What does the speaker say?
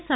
yes